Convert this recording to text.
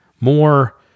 More